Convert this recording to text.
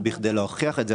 וכדי להוכיח את זה,